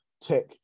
tech